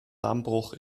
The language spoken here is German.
dammbruch